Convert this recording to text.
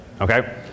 okay